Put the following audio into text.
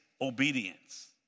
obedience